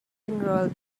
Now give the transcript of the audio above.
enrolled